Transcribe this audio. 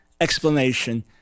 explanation